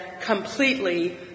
completely